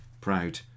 Proud